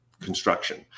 construction